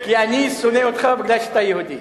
כי אני שונא אותך מפני שאתה יהודי?